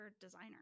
designer